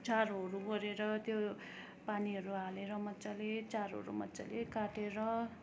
चारोहरू गरेर त्यो पानीहरू हालेर मजाले चारोहरू मजाले काटेर